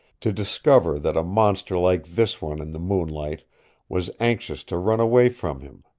to discover that a monster like this one in the moonlight was anxious to run away from him.